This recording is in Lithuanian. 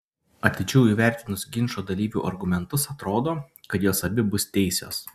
atidžiau įvertinus ginčo dalyvių argumentus atrodo kad jos abi bus teisios